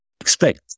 expect